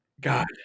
God